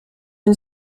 une